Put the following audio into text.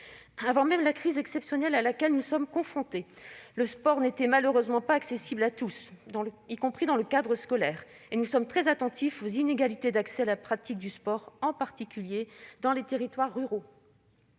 Avant même la crise exceptionnelle à laquelle nous sommes confrontés, le sport n'était malheureusement pas accessible à tous, y compris dans le cadre scolaire. Nous sommes très attentifs aux inégalités d'accès à la pratique du sport, en particulier dans les territoires ruraux.